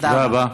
תודה רבה.